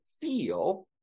feel